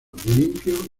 limpio